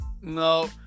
No